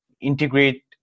integrate